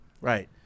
Right